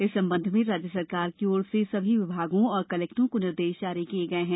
इस संबंध में राज्य सरकार की ओर से सभी विभागों और कलेक्टरों को निर्देश जारी किए गए हैं